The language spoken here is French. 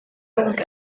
donc